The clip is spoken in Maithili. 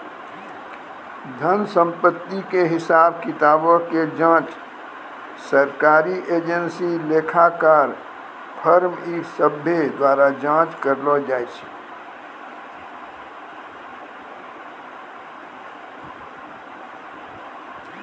धन संपत्ति के हिसाब किताबो के जांच सरकारी एजेंसी, लेखाकार, फर्म इ सभ्भे द्वारा जांच करलो जाय छै